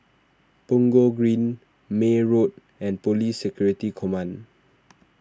Punggol Green May Road and Police Security Command